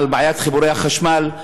על בעיית חיבורי החשמל,